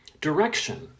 direction